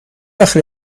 وقت